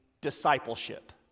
discipleship